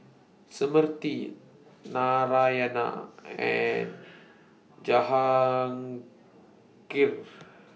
Smriti Narayana and Jahangir